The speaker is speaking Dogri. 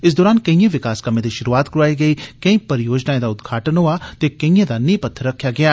इस दौरान कोईयें विकास कम्में दी शुरूआत करोआई गेई केंई परियोजनाएं दा उद्घाटन कीता गेआ ते केईयें दा नींह पत्थर रक्खेआ गेआ